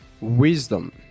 Wisdom